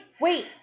wait